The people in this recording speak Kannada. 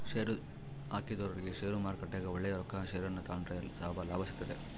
ಷೇರುಹಾಕಿದೊರಿಗೆ ಷೇರುಮಾರುಕಟ್ಟೆಗ ಒಳ್ಳೆಯ ರೊಕ್ಕಕ ಷೇರನ್ನ ತಾಂಡ್ರೆ ಲಾಭ ಸಿಗ್ತತೆ